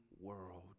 world